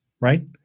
right